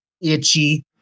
itchy